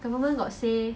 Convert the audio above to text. clean [what] then like